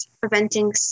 preventing